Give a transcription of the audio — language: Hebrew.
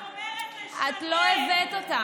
את לא הבאת אותה.